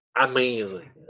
amazing